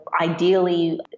ideally